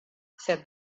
said